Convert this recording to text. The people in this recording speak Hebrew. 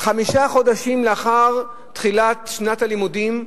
חמישה חודשים לאחר תחילת שנת הלימודים,